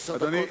עשר דקות.